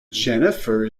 jennifer